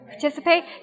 participate